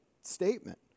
statement